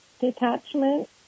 detachment